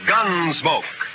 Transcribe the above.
Gunsmoke